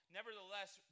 nevertheless